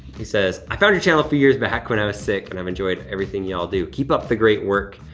he says, i found your channel a few years back when i was sick and i've enjoyed everything you all do. keep up the great work.